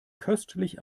köstlich